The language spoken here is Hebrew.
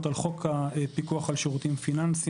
על חוק הפיקוח על שירותים פיננסיים,